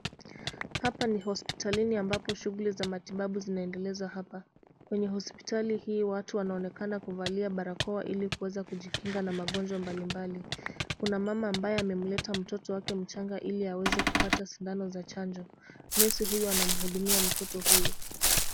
Hapa ni hospitalini ambapo shughuli za matibabu zinaendelezwa hapa. Kwenye hospitali hii watu wanaonekana wakivalia barakoa ili kuweza kujikinga na barakoa mbalimbali. Kuna mama ambaye amemleta mtoto wake mchanga ili aweze kupata sindano za chanjo. Nesi huyu anamhudumia mtoto huyu.